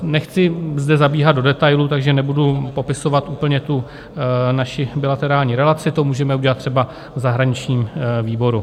Nechci zde zabíhat do detailů, takže nebudu popisovat úplně naši bilaterální relaci, to můžeme udělat třeba v zahraničním výboru.